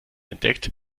entdeckt